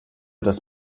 das